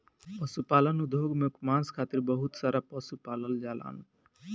पशुपालन उद्योग में मांस खातिर बहुत सारा पशु पालल जालन